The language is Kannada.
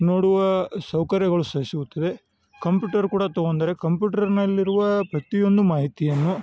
ನೋಡುವ ಸೌಕರ್ಯಗಳು ಸಹ ಸಿಗುತ್ತದೆ ಕಂಪ್ಯೂಟರ್ ಕೂಡ ತಗೊಂಡರೆ ಕಂಪ್ಯೂಟರ್ನಲ್ಲಿರುವ ಪ್ರತಿಯೊಂದು ಮಾಹಿತಿಯನ್ನು